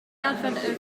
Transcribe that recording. advent